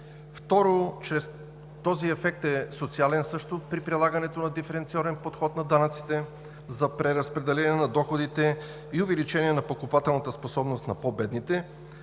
Второ, този ефект е социален също при прилагането на диференциран подход на данъците за преразпределение на доходите и увеличение на покупателната способност на по-бедните.